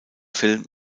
film